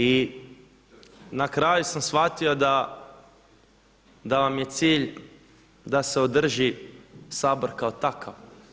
I na kraju sam shvatio da vam je cilj da se održi Sabor kao takav.